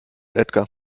edgar